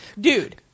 Dude